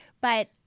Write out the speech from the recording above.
But-